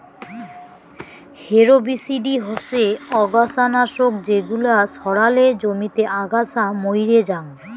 herbicide হসে অগাছা নাশক যেগিলা ছড়ালে জমিতে আগাছা মইরে জাং